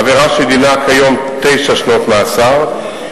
עבירה שדינה כיום תשע שנות מאסר,